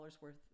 worth